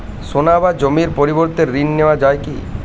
সোনা বা জমির পরিবর্তে ঋণ নেওয়া যায় কী?